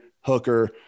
hooker